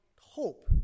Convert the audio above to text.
hope